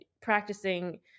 practicing